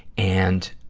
and,